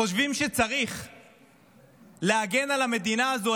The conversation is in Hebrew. חושבים שצריך להגן על המדינה הזאת,